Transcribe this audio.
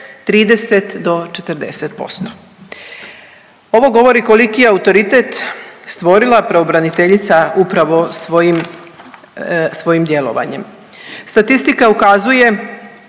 30 do 40%. Ovo govori koliki je autoritet stvorila pravobraniteljica upravo svojim, svojim djelovanjem. Statistika ukazuje